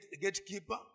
gatekeeper